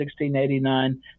1689